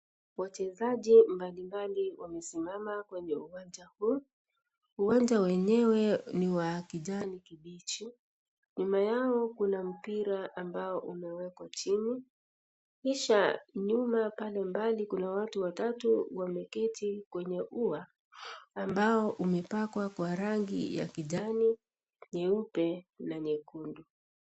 Wachezaji mbalimbali wamesimama kwenye uwanja huu. Uwanja wenyewe ni wa kijani kibichi. Nyuma yao kuna mpira ambao umewekwa chini. Kisha nyuma pale mbali kuna watu watatu wameketi kwenye ua, ambao umepakwa kwa rangi ya kijani, nyeupe na nyekundu.